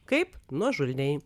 kaip nuožulniai